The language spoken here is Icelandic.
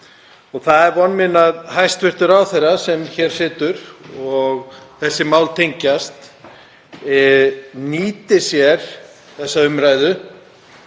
Það er von mín að hæstv. ráðherra sem hér situr og þessi mál tengjast nýti sér þessa umræðu